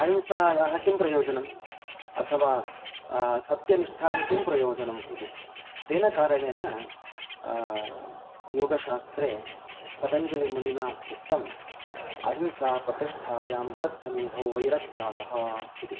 अहिंसायाः किं प्रयोजनम् अथवा सत्यनिष्ठायां किं प्रयोजनम् इति तेन कारणेन योगशास्त्रे पतञ्जलिमुनिना उक्तम् अहिंसा प्रतिष्ठायां तत्सन्निधौ वैरत्यागः इति